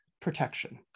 protection